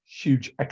huge